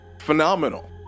phenomenal